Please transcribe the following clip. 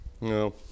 No